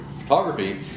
photography